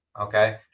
okay